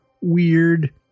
weird